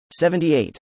78